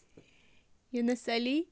Younis Ali